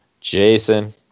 Jason